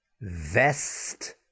vest